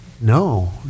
no